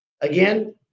Again